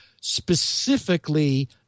specifically